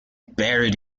buried